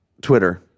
Twitter